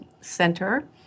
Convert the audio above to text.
center